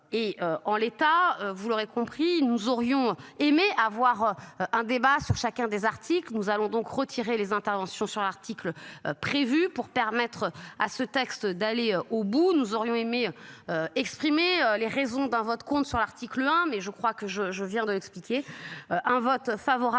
Et en l'état. Vous l'aurez compris, nous aurions aimé avoir un débat sur chacun des articles. Nous allons donc retirer les interventions sur l'article prévu pour permettre à ce texte d'aller au bout. Nous aurions aimé. Exprimer les raisons d'un votre compte sur l'article hein mais je crois que je je viens d'expliquer.